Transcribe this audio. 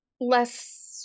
less